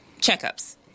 checkups